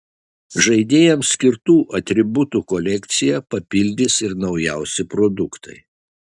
žaidėjams skirtų atributų kolekciją papildys ir naujausi produktai